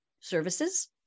services